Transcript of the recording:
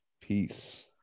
peace